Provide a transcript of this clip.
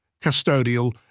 custodial